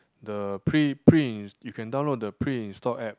the pre pre in~ you can download the pre install app